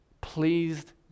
Pleased